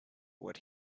what